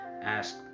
ask